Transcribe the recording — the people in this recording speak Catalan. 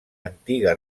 antiga